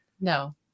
No